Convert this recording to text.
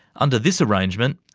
under this arrangement,